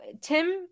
Tim